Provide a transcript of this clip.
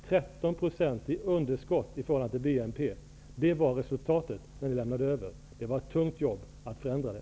13 % i underskott i förhållande till bruttonationalprodukten var resultatet när ni lämnade över. Det var ett tungt jobb att förändra det.